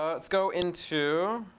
ah let's go into